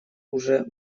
уже